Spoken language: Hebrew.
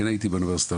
כן הייתי באוניברסיטה,